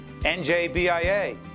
NJBIA